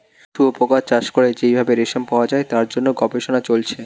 শুয়োপোকা চাষ করে যেই ভাবে রেশম পাওয়া যায় তার জন্য গবেষণা চলছে